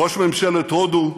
ראש ממשלת הודו,